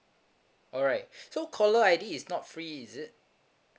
alright so caller I_D is not free is it